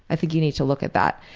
i think you need to look at that.